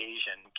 Asian